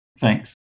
Thanks